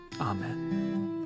Amen